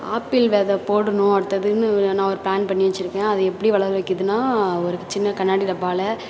apple வெதை போடணும் அடுத்ததுன்னு நான் ஒரு ப்ளான் பண்ணி வச்சுருக்கேன் அது எப்படி வளர வைக்கிறதுன்னால் ஒரு சின்ன கண்ணாடி டப்பாவில்